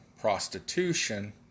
prostitution